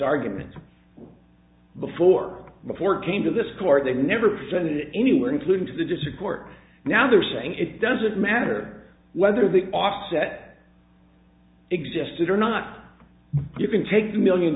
argument before before came to this court they never presented it anywhere including to the district court now they're saying it doesn't matter whether the offset existed or not you can take the million